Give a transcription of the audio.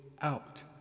out